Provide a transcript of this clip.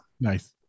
nice